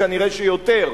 כנראה יותר,